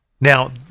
Now